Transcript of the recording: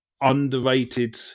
underrated